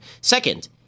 Second